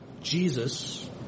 Jesus